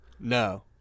No